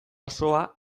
osoa